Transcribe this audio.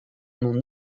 nom